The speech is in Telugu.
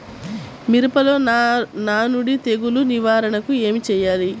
మిరపలో నానుడి తెగులు నివారణకు ఏమి చేయాలి?